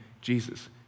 Jesus